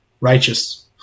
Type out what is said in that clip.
righteous